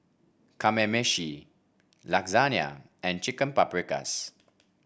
Kamameshi Lasagne and Chicken Paprikas